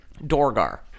Dorgar